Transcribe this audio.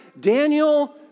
Daniel